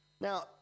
Now